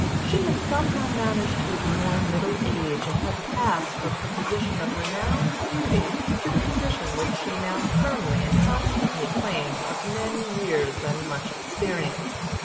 she had somehow managed to ignore middle age, and had passed from her position of renowned beauty to the position which she now firmly and constantly claimed of many years and much experience.